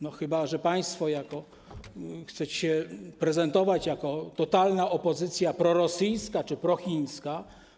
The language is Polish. No chyba że państwo chcecie się prezentować jako totalna opozycja prorosyjska czy prochińska.